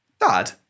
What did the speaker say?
Dad